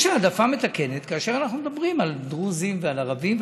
יש העדפה מתקנת כאשר אנחנו מדברים על דרוזים ועל ערבים,